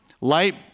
Light